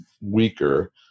weaker